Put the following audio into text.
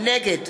נגד